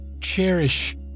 cherish